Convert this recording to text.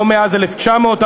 לא מאז 1947,